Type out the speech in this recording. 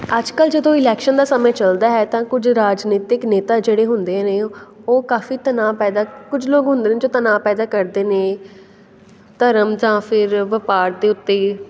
ਅੱਜ ਕੱਲ੍ਹ ਜਦੋਂ ਇਲੈਕਸ਼ਨ ਦਾ ਸਮੇਂ ਚੱਲਦਾ ਹੈ ਤਾਂ ਕੁਛ ਰਾਜਨੀਤਿਕ ਨੇਤਾ ਜਿਹੜੇ ਹੁੰਦੇ ਨੇ ਉਹ ਕਾਫ਼ੀ ਤਨਾਅ ਪੈਦਾ ਕੁਝ ਲੋਕ ਹੁੰਦੇ ਨੇ ਜੋ ਤਨਾਅ ਪੈਦਾ ਕਰਦੇ ਨੇ ਧਰਮ ਜਾਂ ਫਿਰ ਵਪਾਰ ਦੇ ਉੱਤੇ ਹੀ